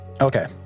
Okay